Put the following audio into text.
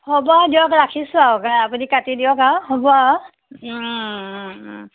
হ'ব দিয়ক ৰাখিছোঁ আৰু আপুনি কাটি দিয়ক আৰু অঁ হ'ব আৰু